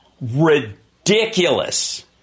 ridiculous